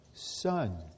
Son